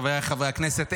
חבריי חברי הכנסת,